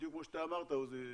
בדיוק כמו שאתה אמרת, עוזי,